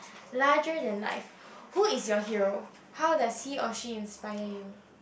larger than life who is your hero how does he or she inspired you